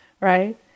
right